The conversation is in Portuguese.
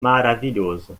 maravilhoso